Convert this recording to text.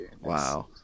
Wow